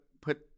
put